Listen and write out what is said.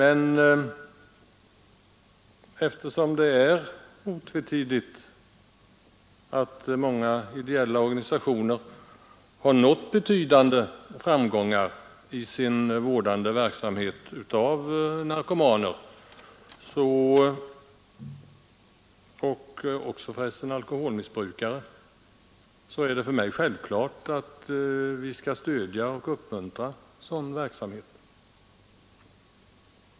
Eftersom det är otvetydigt att många ideella organisationer har nått betydande framgångar i sin vårdande verksamhet av narkomaner och alkoholmissbrukare är det för mig självklart att vi skall stödja och uppmuntra sådan verksamhet.